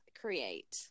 create